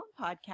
podcast